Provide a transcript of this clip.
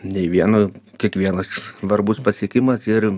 nei vieno kiekvienas svarbus pasiekimas ir